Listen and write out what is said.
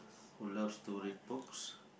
who loves to read books